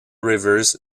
rivers